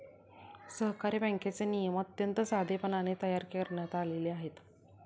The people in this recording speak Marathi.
सहकारी बँकेचे नियम अत्यंत साधेपणाने तयार करण्यात आले आहेत